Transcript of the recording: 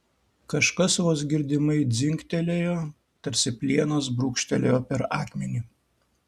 kažkas vos girdimai dzingtelėjo tarsi plienas brūkštelėjo per akmenį